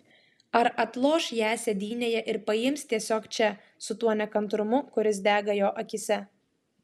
ar atloš ją sėdynėje ir paims tiesiog čia su tuo nekantrumu kuris dega jo akyse